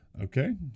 Okay